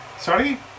Sorry